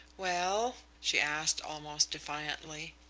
well? she asked, almost defiantly.